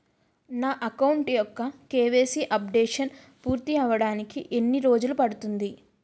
నా అకౌంట్ యెక్క KYC updation పూర్తి అవ్వడానికి ఎన్ని రోజులు పడుతుంది?